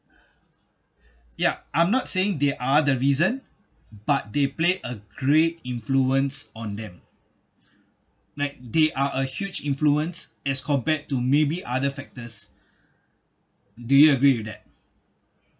ya I'm not saying they are the reason but they play a great influence on them like they are a huge influence as compared to maybe other factors do you agree with that